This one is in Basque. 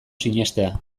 sinestea